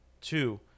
two